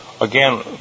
again